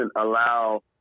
allow